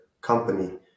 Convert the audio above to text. company